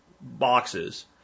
boxes